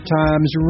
times